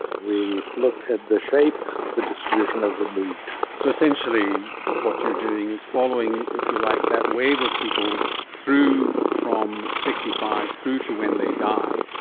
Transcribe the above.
we looked at the shape of the distribution as it moved. so essentially what you're doing is following, if you like, that wave of people through from sixty five through to when they die,